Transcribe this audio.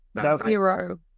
Zero